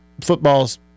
football's